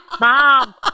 mom